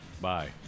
Bye